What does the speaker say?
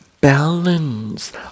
balance